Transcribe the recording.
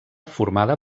formada